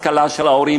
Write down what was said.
השכלה של ההורים